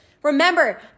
Remember